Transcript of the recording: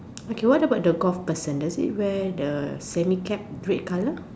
okay what about the golf person does he wear the semi cap red colour